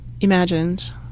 Imagined